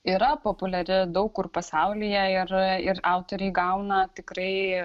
yra populiari daug kur pasaulyje ir ir autoriai gauna tikrai